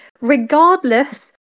Regardless